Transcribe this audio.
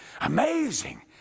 Amazing